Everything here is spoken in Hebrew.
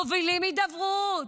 מובילים הידברות,